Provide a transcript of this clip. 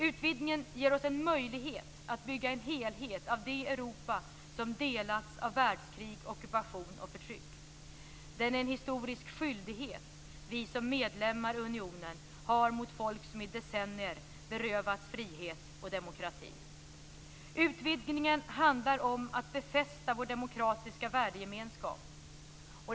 Utvidgningen ger oss en möjlighet att bygga en helhet av det Europa som delats av världskrig, ockupation och förtryck. Den är en historisk skyldighet vi som medlemmar i unionen har mot folk som i decennier berövats frihet och demokrati. Utvidgningen handlar om att befästa vår demokratiska värdegemenskap.